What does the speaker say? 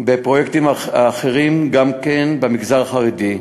בפרויקטים אחרים, גם במגזר החרדי.